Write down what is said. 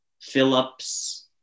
Phillips